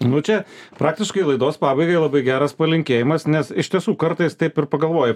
nu čia praktiškai laidos pabaigai labai geras palinkėjimas nes iš tiesų kartais taip ir pagalvoji